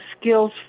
skills